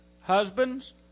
Husbands